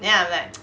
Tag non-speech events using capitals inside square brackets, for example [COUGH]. then I'm like [NOISE]